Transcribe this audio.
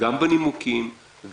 גם בנימוקים,